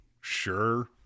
sure